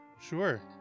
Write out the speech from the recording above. Sure